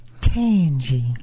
Tangy